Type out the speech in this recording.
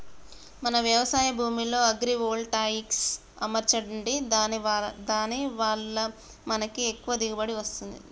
మన వ్యవసాయ భూమిలో అగ్రివోల్టాయిక్స్ అమర్చండి దాని వాళ్ళ మనకి ఎక్కువ దిగువబడి వస్తుంది